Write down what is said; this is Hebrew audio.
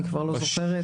אני כבר לא זוכרת.